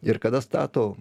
ir kada stato